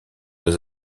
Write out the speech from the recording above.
des